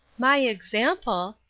my example!